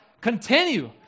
continue